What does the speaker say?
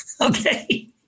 Okay